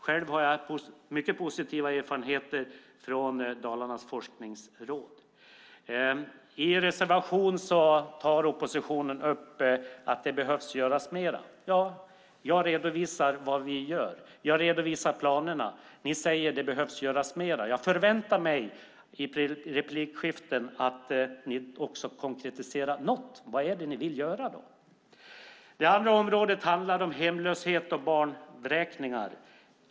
Själv har jag mycket positiva erfarenheter från Dalarnas forskningsråd. I en reservation tar oppositionen upp att det behöver göras mer. Jag redovisar vad vi gör. Jag redovisar planerna. Ni säger att det behöver göras mer. Jag förväntar att ni i replikskiften också konkretiserar något av det ni vill göra. Det andra området handlar om hemlöshet och barnvräkningar.